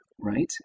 right